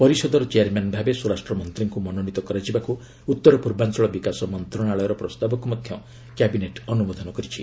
ପରିଷଦର ଚେୟାରମ୍ୟାନ ଭାବେ ସ୍ୱରାଷ୍ଟ୍ରମନ୍ତ୍ରୀଙ୍କୁ ମନୋନୀତ କରାଯିବାକୁ ଉତ୍ତର ପୂର୍ବାଞ୍ଚଳ ବିକାଶ ମନ୍ତ୍ରଣାଳୟର ପ୍ରସ୍ତାବକୁ ମଧ୍ୟ କ୍ୟାବିନେଟ ଅନୁମୋଦନ କରିଛି